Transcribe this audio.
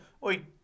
Wait